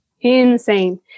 insane